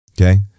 Okay